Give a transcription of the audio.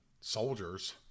soldiers